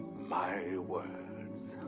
my words.